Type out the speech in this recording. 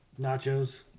Nachos